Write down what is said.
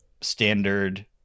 standard